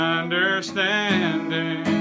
understanding